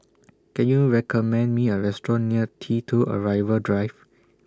Can YOU recommend Me A Restaurant near T two Arrival Drive